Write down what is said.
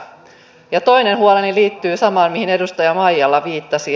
ja toinen huoleni liittyy samaan mihin edustaja maijala viittasi